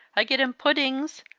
i get him puddings,